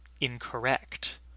incorrect